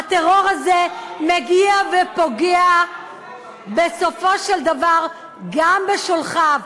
הטרור הזה מגיע ופוגע בסופו של דבר גם בשולחיו.